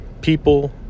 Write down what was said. people